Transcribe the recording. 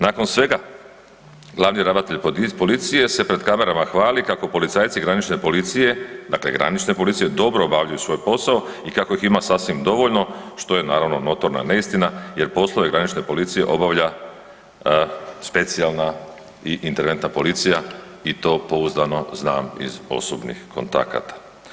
Nakon svega glavni ravnatelj policije se pred kamerama se hvali kako policajci granične policije, dakle granične policije, dobro obavljaju svoj posao i kako ih ima sasvim dovoljno, što je naravno notorna neistina jer poslove granične policije obavlja specijalna i interventna policija i to pouzdano znam iz osobnih kontakata.